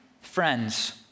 Friends